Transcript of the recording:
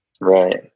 Right